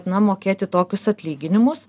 na mokėti tokius atlyginimus